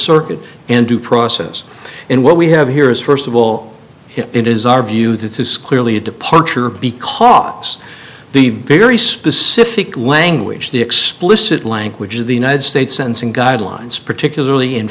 circuit and due process in what we have here is first of all it is our view that is clearly a departure because the very specific language the explicit language of the united states sends in guidelines particularly in